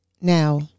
Now